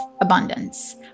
abundance